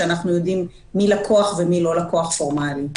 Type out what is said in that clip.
שאנחנו יודעים מי לקוח ומי לא לקוח פורמלי.